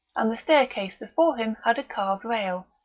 and the staircase before him had a carved rail,